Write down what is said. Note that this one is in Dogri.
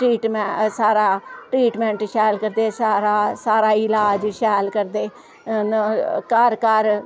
ट्रिटमेंट सारा ट्रिटमेंट शैल करदे सारा सारा इलाज शैल करदे घर घर